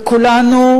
וכולנו,